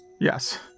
Yes